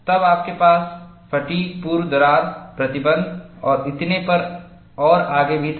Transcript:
तब आपके पास फ़ैटिग् पूर्व दरार प्रतिबंध और इतने पर और आगे भी था